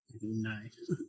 Nice